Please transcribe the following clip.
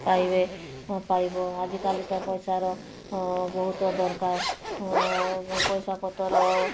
ପାଇବେ ପାଇବ ଆଜିକାଲି ତ ପଇସାର ବହୁତ ଦରକାର ପଇସା ପତର